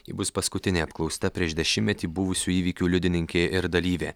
ji bus paskutinė apklausta prieš dešimtmetį buvusių įvykių liudininkė ir dalyvė